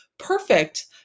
Perfect